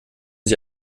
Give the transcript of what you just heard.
sie